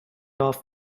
off